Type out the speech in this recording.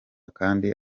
kandi